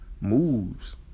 moves